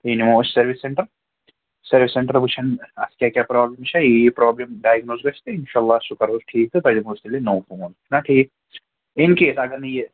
یہِ نِمو أسۍ سٔروِس سٮ۪نٹَر سٔروِس سٮ۪نٹَر وٕچھَن اَتھ کیٛاہ کیٛاہ پرٛابلِم چھےٚ یہِ یہِ پرٛابلِم ڈایگٕنوز گژھِ تہٕ اِنشاء اللہ سُہ کَرہوس ٹھیٖک تہٕ تۄہہِ دِمہو أسۍ تیٚلہِ نوٚو فون چھُنا ٹھیٖک اِن کیس اگر نہٕ یہِ